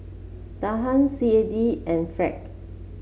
Dirham C A D and Franc